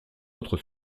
autre